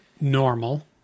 Normal